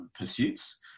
pursuits